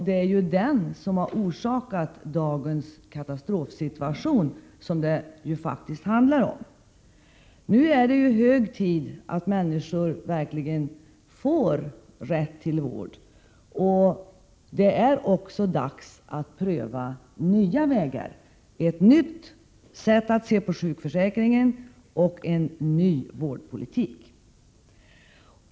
Det är ju den som har orsakat dagens katastrofsituation, som det ju faktiskt handlar om. Nu är det hög tid att människor verkligen får rätt till vård, och det är också dags att pröva nya vägar: ett nytt sätt att se på sjukförsäkringen och en ny vårdpolitik.